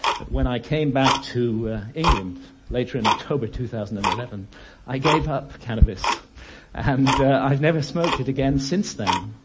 but when i came back to england later in october two thousand and eleven i gave up cannabis and i've never smoked it again since then.